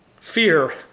Fear